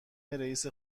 رییس